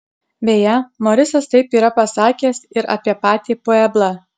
beje morisas taip yra pasakęs ir apie patį pueblą